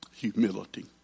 Humility